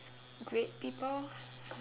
grade people